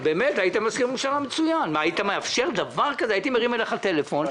הייתי מרים אליך טלפון,